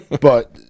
But-